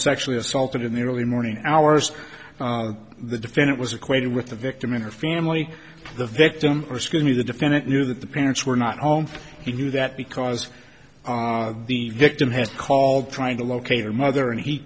sexually assaulted in the early morning hours the defendant was acquainted with the victim and her family the victim or skinny the defendant knew that the parents were not home he knew that because the victim had called trying to locate her mother and he